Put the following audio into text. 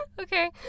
Okay